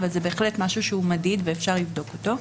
אבל זה בהחלט משהו שהוא מדיד ואפשר לבדוק אותו.